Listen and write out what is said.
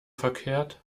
verkehrt